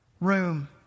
room